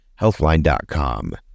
healthline.com